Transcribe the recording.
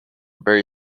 very